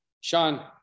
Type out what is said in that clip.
Sean